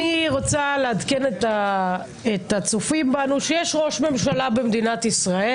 אני רוצה לעדכן את הצופים בנו שיש ראש ממשלה במדינת ישראל.